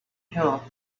help